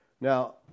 Now